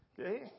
Okay